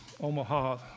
Omaha